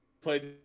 played